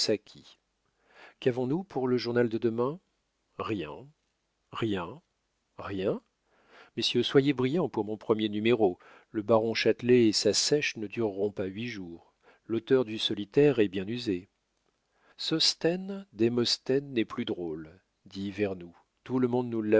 qu'avons-nous pour le journal de demain rien rien rien messieurs soyez brillants pour mon premier numéro le baron châtelet et sa seiche ne dureront pas huit jours l'auteur du solitaire est bien usé sosthène démosthène n'est plus drôle dit vernou tout le monde